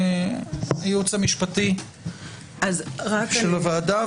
הייעוץ המשפטי של הוועדה.